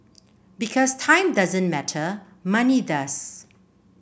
because time doesn't matter money does